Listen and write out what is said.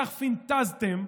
כך פנטזתם,